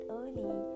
early